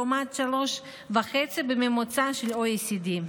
לעומת 3.5 בממוצע של ה-OECD.